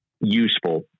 useful